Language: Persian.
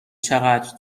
چقدر